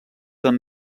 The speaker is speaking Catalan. amb